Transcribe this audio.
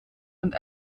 und